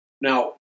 Now